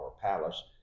palace